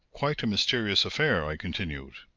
quite a mysterious affair! i continued.